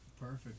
perfect